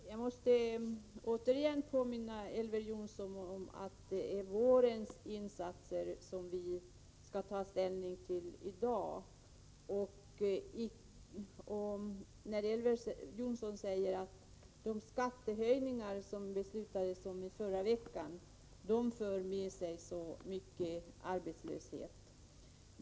Herr talman! Jag måste återigen påminna Elver Jonsson om att det är insatserna under våren 1985 som vi skall ta ställning till i dag. Elver Jonsson sade att de skattehöjningar som vi fattade beslut om förra veckan kommer att föra med sig hög arbetslöshet.